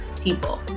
people